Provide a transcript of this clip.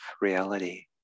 reality